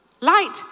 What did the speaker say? Light